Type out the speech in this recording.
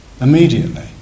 immediately